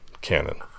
canon